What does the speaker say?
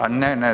A ne, ne.